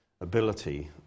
ability